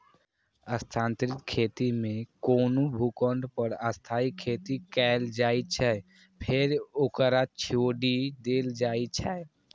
स्थानांतरित खेती मे कोनो भूखंड पर अस्थायी खेती कैल जाइ छै, फेर ओकरा छोड़ि देल जाइ छै